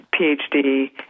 PhD